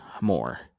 more